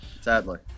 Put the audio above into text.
Sadly